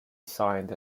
assigned